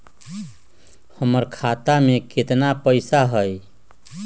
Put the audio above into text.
हमर खाता में केतना पैसा हई?